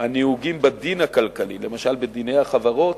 מאוד הנהוגים בדין הכלכלי, למשל בדיני החברות,